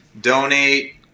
Donate